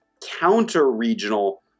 counter-regional